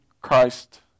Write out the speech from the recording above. Christ